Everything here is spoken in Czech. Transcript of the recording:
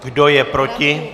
Kdo je proti?